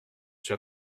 suis